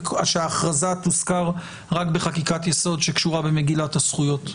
שההכרזה תוזכר רק בחקיקת יסוד שקשורה במגילת הזכויות.